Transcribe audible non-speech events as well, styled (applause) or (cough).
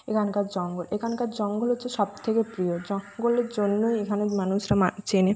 এখানকার জঙ্গল এখানকার জঙ্গল হচ্ছে সব থেকে প্রিয় জঙ্গলের জন্যই এখানের মানুষ (unintelligible) চেনে